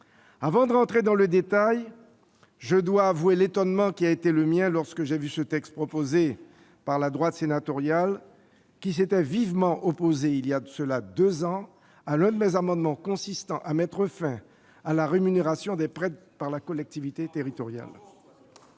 Avant d'entrer dans le détail, je dois avouer l'étonnement qui a été le mien quand j'ai vu ce texte proposé par la droite sénatoriale, la même droite qui s'était vivement opposée, il y a deux ans de cela, à l'un de mes amendements tendant à mettre fin à la rémunération des prêtres par la collectivité territoriale